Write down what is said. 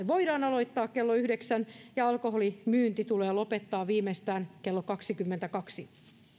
voidaan aloittaa kello yhdeksän ja alkoholin myynti tulee lopettaa viimeistään kello kaksikymmentäkaksi